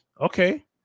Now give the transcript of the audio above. Okay